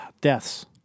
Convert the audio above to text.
deaths